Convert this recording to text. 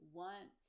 want